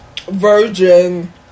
Virgin